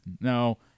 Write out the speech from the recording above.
No